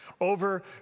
over